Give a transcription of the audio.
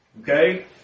Okay